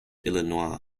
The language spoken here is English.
illinois